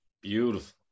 Beautiful